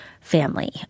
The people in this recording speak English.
family